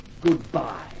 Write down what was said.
Goodbye